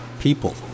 people